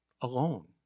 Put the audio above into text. alone